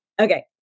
Okay